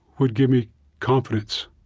would give me confidence,